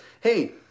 hey